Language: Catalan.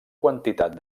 quantitat